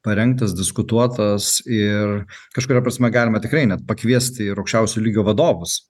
parengtas diskutuotas ir kažkuria prasme galima tikrai net pakviesti ir aukščiausio lygio vadovus